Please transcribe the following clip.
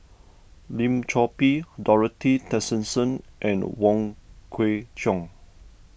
Lim Chor Pee Dorothy Tessensohn and Wong Kwei Cheong